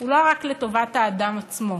הוא לא רק לטובת האדם עצמו,